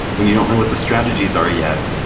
when you don't know what the strategies are yet,